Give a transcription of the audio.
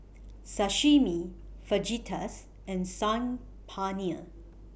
Sashimi Fajitas and Saag Paneer